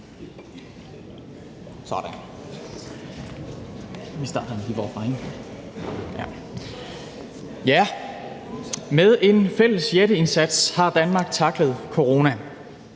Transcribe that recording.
Med en fælles jætteindsats har Danmark tacklet corona,